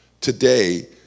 Today